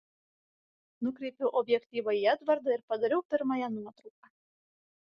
nukreipiau objektyvą į edvardą ir padariau pirmąją nuotrauką